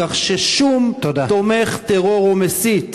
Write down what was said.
כך ששום תומך טרור ומסית,